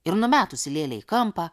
ir numetusi lėlę į kampą